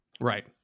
Right